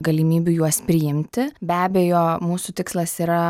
galimybių juos priimti be abejo mūsų tikslas yra